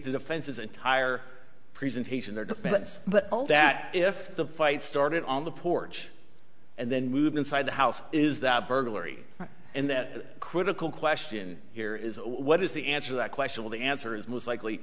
defense's entire presentation their defense but all that if the fight started on the porch and then move inside the house is that burglary and that critical question here is what is the answer that question the answer is most likely